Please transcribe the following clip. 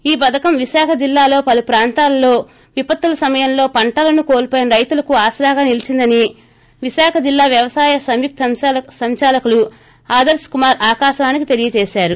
ఈ పథకం విశాఖ జిల్లాలో పలు ప్రాంతాలలో విపత్తుల సమయంలో పంటలను కోల్పోయిన రైతులకు ఆసరాగా నిలిచిందని విశాఖ జిల్లా వ్యవసాయ సంయుక్త సంచాలకులు ఆదరణ కుమార్ ఆకాశవాణికి తెలియజేశారు